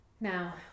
Now